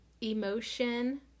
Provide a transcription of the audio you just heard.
emotion